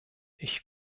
ich